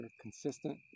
consistent